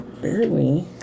Barely